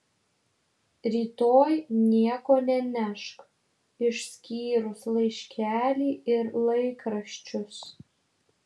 rytoj nieko nenešk išskyrus laiškelį ir laikraščius